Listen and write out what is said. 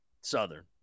Southern